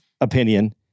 opinion